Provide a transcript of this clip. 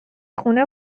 خونه